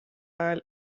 ajal